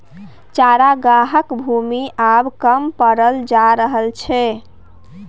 चरागाहक भूमि आब कम पड़ल जा रहल छै